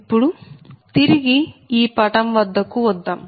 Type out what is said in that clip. ఇప్పుడు తిరిగి ఈ పటం వద్దకు వద్దాం